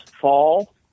fall